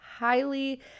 highly